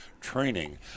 training